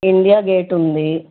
India gate ఉంది